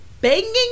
banging